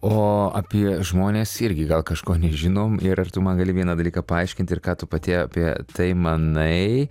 o apie žmones irgi gal kažko nežinom ir ar tu man gali vieną dalyką paaiškint ir ką tu pati apie tai manai